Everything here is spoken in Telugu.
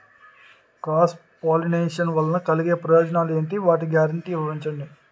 క్రాస్ పోలినేషన్ వలన కలిగే ప్రయోజనాలు ఎంటి? వాటి గ్యారంటీ వివరించండి?